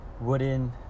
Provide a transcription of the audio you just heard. wooden